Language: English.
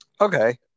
Okay